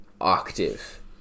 octave